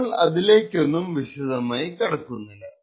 നമ്മൾ അതിലേക്കൊന്നും വിശദമായി കടക്കുന്നില്ല